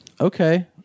Okay